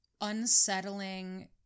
unsettling